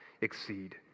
exceed